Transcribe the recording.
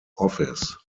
office